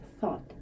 thought